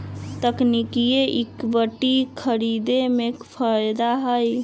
तकनिकिये इक्विटी खरीदे में फायदा हए